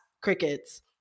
crickets